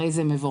הרי זה מבורך